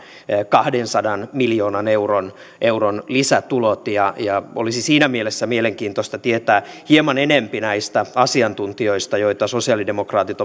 kahdensadan miljoonan euron euron lisätulot olisikin siinä mielessä mielenkiintoista tietää hieman enempi näistä asiantuntijoista joita sosialidemokraatit